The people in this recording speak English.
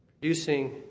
producing